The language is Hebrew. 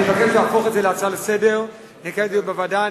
אני אבקש להפוך את הצעת החוק להצעה לסדר-היום ונקיים דיון בוועדה.